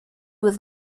was